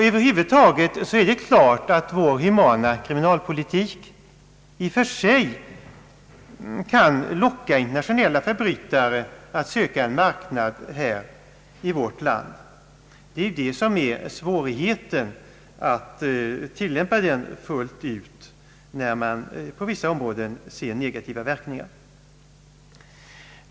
Över huvud taget är det klart att vår humana kriminalpolitik i och för sig kan locka internationella förbrytare att söka en marknad här i vårt land. Svårigheten är att tillämpa denna politik fullt ut när man på vissa områden ser negativa verkningar.